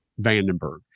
Vandenberg